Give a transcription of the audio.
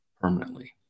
permanently